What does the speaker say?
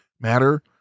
matter